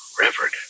Reverend